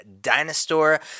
dinosaur